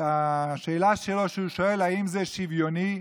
השאלה שלו, שהוא שואל: האם זה שוויוני?